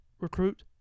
recruit